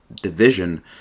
division